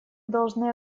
должны